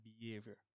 behavior